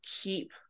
keep